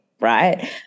Right